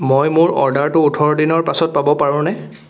মই মোৰ অৰ্ডাৰটো ওঠৰ দিনৰ পাছত পাব পাৰোনে